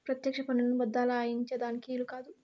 పెత్యెక్ష పన్నులను బద్దలాయించే దానికి ఈలు కాదు